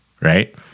right